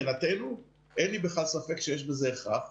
מבחינתנו, אין לי ספק, שיש בזה הכרח.